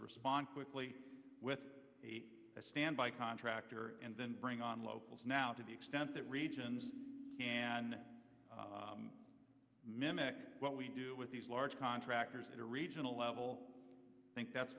just respond quickly with a standby contractor and then bring on locals now to the extent that regions and mimic what we do with these large contractors that are regional level think that's